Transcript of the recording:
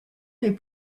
les